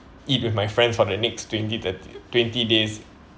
eat with my friend for the next twenty thirty twenty days